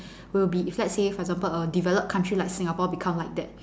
will be if let's say for example a developed country like Singapore become like that